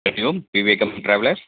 हरिः ओं विवेकं ट्रावेलर्स्